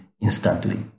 instantly